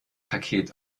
paket